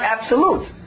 absolute